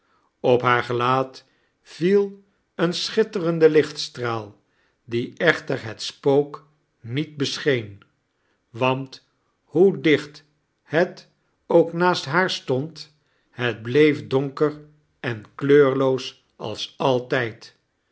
op haar gelaat viel een schitterende lichtstraal die echter het spook niet bescheen want hoe dioht het ook naast haar stond het bleef donker en kleurloos als altijd